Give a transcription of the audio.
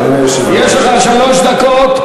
יש לך שלוש דקות,